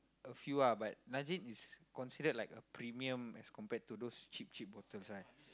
a few ah but Nalgene is considered like a premium as compared to those cheap cheap bottles right